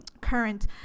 current